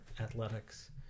athletics